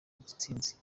intsinzi